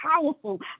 powerful